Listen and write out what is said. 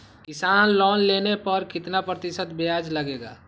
किसान लोन लेने पर कितना प्रतिशत ब्याज लगेगा?